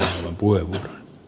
herra puhemies